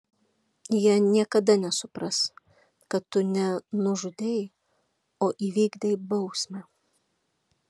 jie niekada nesupras kad tu ne nužudei o įvykdei bausmę